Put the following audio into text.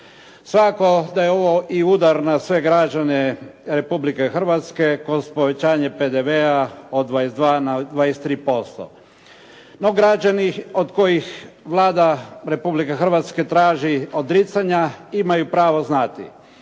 Svakako da je ovo udar i na sve građane Republike Hrvatske kroz povećanje PDV-a od 22 na 23%. No građani od kojih Vlada Republike Hrvatske traži odricanja imaju pravo znati.